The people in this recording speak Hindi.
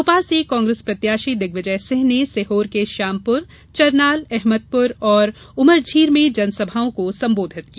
भोपाल से कांग्रेस प्रत्याशी दिग्विजय सिंह ने सिहोर के श्यामपुर चरनाल अहमदपुर और उमरझीर में जनसभाओं को संबोधित किया